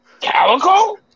Calico